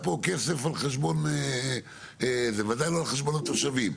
פה כסף בוודאי לא על חשבון התושבים.